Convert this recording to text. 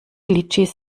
litschis